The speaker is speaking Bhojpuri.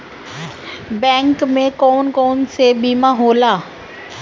बैंक में कौन कौन से बीमा होला?